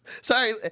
sorry